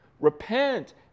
repent